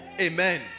Amen